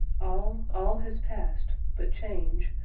all, all has passed, but change,